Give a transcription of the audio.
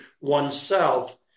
oneself